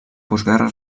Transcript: postguerra